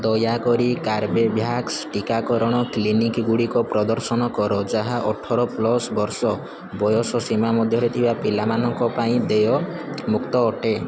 ଦୟାକରି କାର୍ବେଭ୍ୟାକ୍ସ ଟିକାକରଣ କ୍ଲିନିକ୍ଗୁଡ଼ିକ ପ୍ରଦର୍ଶନ କର ଯାହା ଅଠର ପ୍ଲସ୍ ବର୍ଷ ବୟସ ସୀମା ମଧ୍ୟରେ ଥିବା ପିଲାମାନଙ୍କ ପାଇଁ ଦେୟମୁକ୍ତ ଅଟେ